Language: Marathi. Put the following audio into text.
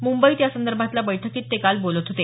मुंबईत यासंदर्भातल्या बैठकीत ते काल बोलत होते